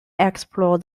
explore